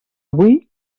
avui